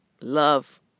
love